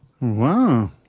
Wow